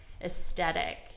aesthetic